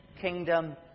kingdom